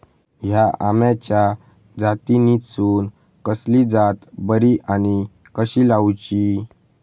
हया आम्याच्या जातीनिसून कसली जात बरी आनी कशी लाऊची?